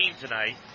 tonight